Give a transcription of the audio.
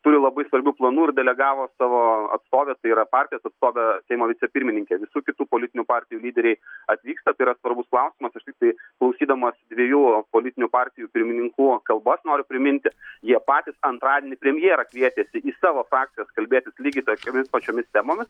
turi labai svarbių planų ir delegavo savo atstovę tai yra partijos atstovę seimo vicepirmininkę visų kitų politinių partijų lyderiai atvyksta tai yra svarbus klausimas aš tiktai klausydamas dviejų politinių partijų pirmininkų kalbos noriu priminti jie patys antradienį premjerą kvietėsi į savo frakcijas kalbėtis lygiai tokiomis pačiomis temomis